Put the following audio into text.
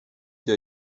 der